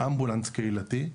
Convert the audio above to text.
אמבולנס קהילתי,